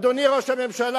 אדוני ראש הממשלה,